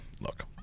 Look